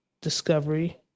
discovery